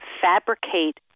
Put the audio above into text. fabricate